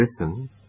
Listen